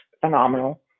phenomenal